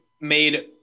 made